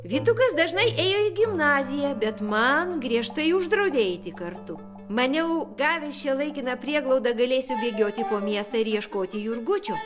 vytukas dažnai ėjo į gimnaziją bet man griežtai uždraudė eiti kartu maniau gavęs šią laikiną prieglaudą galėsiu bėgioti po miestą ir ieškoti jurgučio